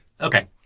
Okay